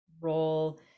role